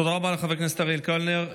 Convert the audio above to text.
תודה רבה לחבר הכנסת אריאל קלנר.